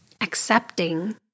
accepting